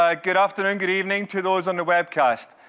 ah good afternoon, good evening, to those on the webcast.